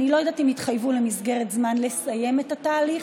אני לא יודעת אם יתחייבו למסגרת זמן לסיים את התהליך,